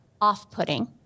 off-putting